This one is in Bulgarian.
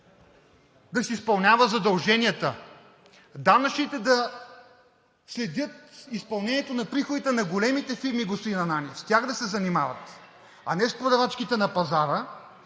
да си изпълнява задълженията, данъчните да следят изпълнението на приходите на големите фирми, господин Ананиев, с тях да се занимават, а не с продавачките на пазара…